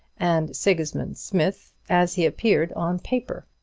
and sigismund smith as he appeared on paper.